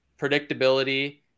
predictability